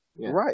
Right